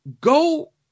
Go